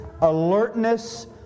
alertness